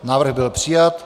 Návrh byl přijat.